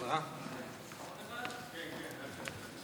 עופר כסיף,